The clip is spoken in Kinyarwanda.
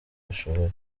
bashoboye